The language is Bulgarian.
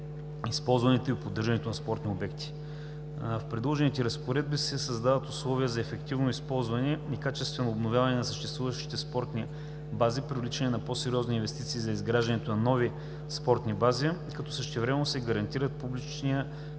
използването и поддържането на спортни обекти. С предложените разпоредби се създават условия за ефективното използване и качественото обновяване на съществуващите спортни бази, привличането на по-сериозни инвестиции за изграждането на нови спортни бази, като същевременно се гарантират публичният